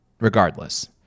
Regardless